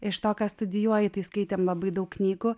iš to ką studijuoji tai skaitėm labai daug knygų